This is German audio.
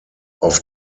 auf